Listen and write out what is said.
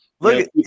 Look